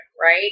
right